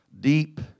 deep